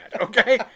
Okay